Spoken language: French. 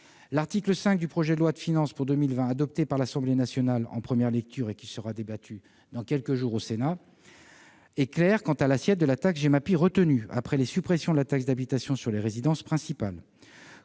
L'article 5 du projet de loi de finances pour 2020, qui a été adopté par l'Assemblée nationale en première lecture et sera débattu dans quelques jours au Sénat, est clair quant à l'assiette de la taxe Gemapi retenue après la suppression de la taxe d'habitation sur les résidences principales.